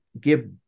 give